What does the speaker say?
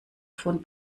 von